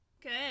Good